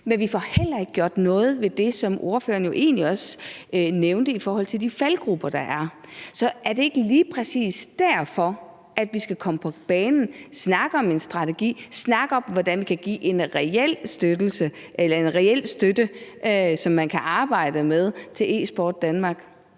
Men vi får heller ikke gjort noget ved det, som ordføreren jo egentlig også nævnte i forhold til de faldgruber, der er. Er det ikke lige præcis derfor, at vi skal komme på banen og snakke om en strategi og om, hvordan vi kan give en reel støtte, som man kan arbejde med, til Esport Danmark?